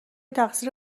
تقصیر